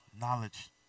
Knowledge